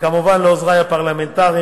וכמובן לעוזרי הפרלמנטריים,